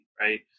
right